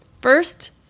First